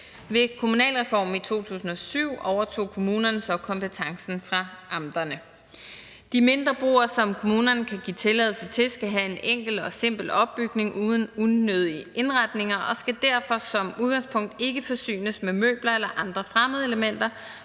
Ved kommunalreformen i 2007 overtog kommunerne så kompetencen fra amterne. De mindre broer, som kommunerne kan give tilladelse til, skal have en enkel og simpel opbygning uden unødige indretninger og skal derfor som udgangspunkt ikke forsynes med møbler eller andre fremmedelementer,